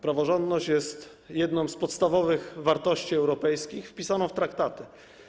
Praworządność jest jedną z podstawowych wartości europejskich wpisaną w traktaty.